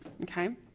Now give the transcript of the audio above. Okay